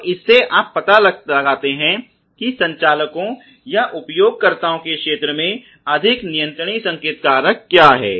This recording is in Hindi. तो इससे आप पता लगते हैं कि संचालकों या उपयोगकर्ताओं के क्षेत्र में अधिक नियंत्रणीय संकेत कारक क्या है